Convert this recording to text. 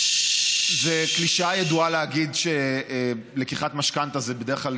זאת קלישאה ידועה להגיד שלקיחת משכנתה היא בדרך כלל,